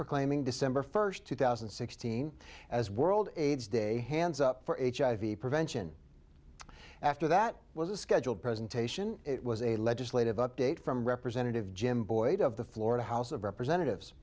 proclaiming december first two thousand and sixteen as world aids day hands up for hiv prevention after that was a scheduled presentation it was a legislative update from representative jim boyd of the florida house of representatives